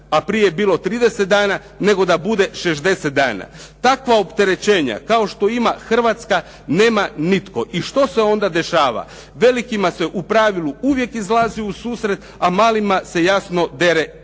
a prije je bilo 30 dana, nego da bude 60 dana. Takva opterećenja kao što ima Hrvatska nema nitko. I što se onda dešava? Velikima se u pravilu uvijek izlazi u susret a malima se jasno dere koža.